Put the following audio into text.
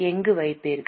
எங்கு வைப்பீர்கள்